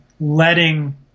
letting